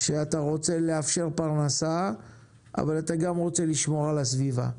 שאתה רוצה לאפשר פרנסה אבל אתה גם רוצה לשמור על הסביבה.